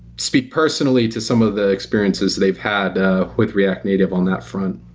speak personally to some of the experiences they've had ah with react native on that front